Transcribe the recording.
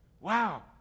Wow